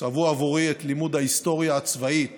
צבעו עבורי את לימוד ההיסטוריה הצבאית